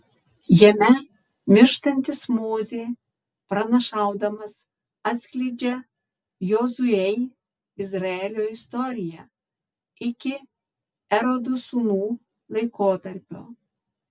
jame mirštantis mozė pranašaudamas atskleidžia jozuei izraelio istoriją iki erodo sūnų laikotarpio